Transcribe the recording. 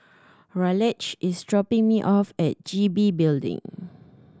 Raleigh is dropping me off at G B Building